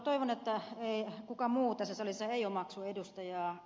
toivon että kukaan muu tässä salissa ei omaksu ed